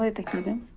the evening?